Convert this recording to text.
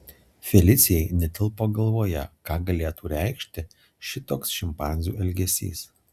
felicijai netilpo galvoje ką galėtų reikšti šitoks šimpanzių elgesys